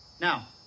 Now